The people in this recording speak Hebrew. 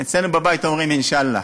אצלנו בבית אומרים "אינשאללה"